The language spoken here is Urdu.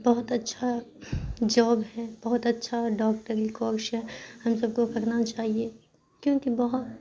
بہت اچھا جاب ہے بہت اچھا ڈاکٹری کورس ہے ہم سب کو کرنا چاہیے کیونکہ بہت